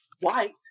White